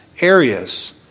areas